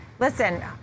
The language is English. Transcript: Listen